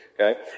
Okay